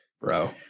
bro